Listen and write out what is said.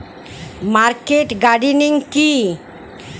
Market gardening কি?